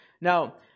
Now